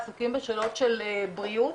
עסוקים בשאלות של בריאות,